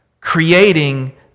creating